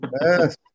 Yes